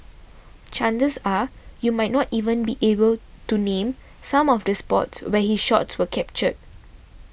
chances are you might not even be able to name some of the spots where his shots were captured